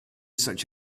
such